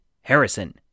Harrison